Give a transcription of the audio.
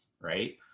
right